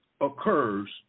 occurs